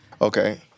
Okay